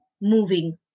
moving